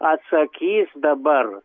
atsakys dabar